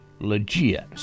legit